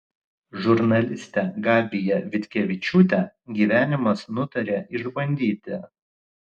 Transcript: žurnalistę gabiją vitkevičiūtę gyvenimas nutarė išbandyti